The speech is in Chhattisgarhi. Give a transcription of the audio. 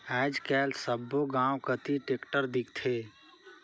आएज काएल सब्बो गाँव कती टेक्टर दिखथे